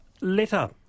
letter